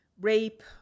rape